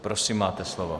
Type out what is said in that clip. Prosím, máte slovo.